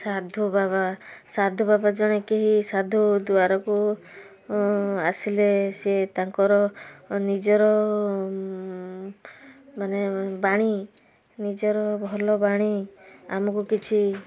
ସାଧୁ ବାବା ସାଧୁ ବାବା ଜଣେ କେହି ସାଧୁ ଦୂଆରକୁ ଆସିଲେ ସିଏ ତାଙ୍କର ନିଜର ମାନେ ବାଣୀ ନିଜର ଭଲ ବାଣୀ ଆମକୁ କିଛି